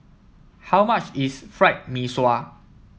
how much is Fried Mee Sua